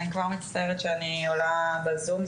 ואני כבר מצטערת שאני עולה בזום,